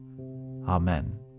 Amen